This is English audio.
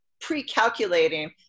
pre-calculating